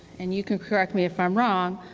and you can correct me if i'm wrong,